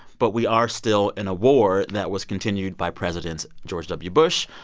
but we are still in a war that was continued by presidents george w. bush,